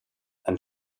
and